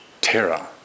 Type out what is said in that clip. terror